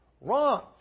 Wrong